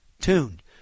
tuned